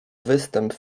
występ